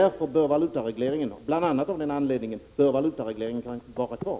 Bl.a. av den anledningen bör valutaregleringen vara kvar.